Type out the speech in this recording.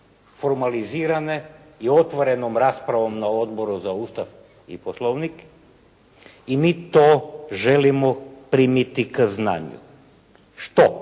formalizirane i otvorenom raspravom na Odboru za Ustav i Poslovnik i mi to želimo primiti k znanju. Što